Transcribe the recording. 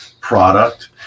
product